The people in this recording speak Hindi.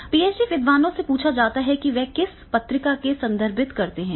पीएचडी विद्वानों से पूछा जाता है कि वे किस पत्रिका को संदर्भित करते हैं